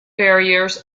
barriers